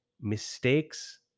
mistakes